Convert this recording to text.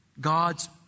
God's